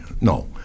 No